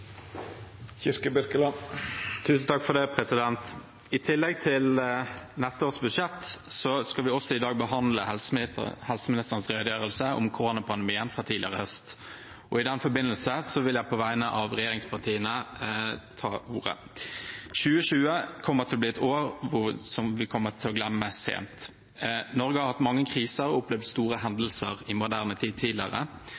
års budsjett skal vi i dag behandle helseministerens redegjørelse om koronapandemien fra tidligere i høst. I den forbindelse vil jeg på vegne av regjeringspartiene ta ordet. 2020 kommer til å bli et år vi sent kommer til å glemme. Norge har hatt mange kriser og opplevd store